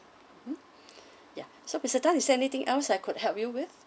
mm yup so mister tan is anything else I could help you with